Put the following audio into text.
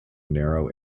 narrow